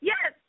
Yes